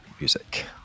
Music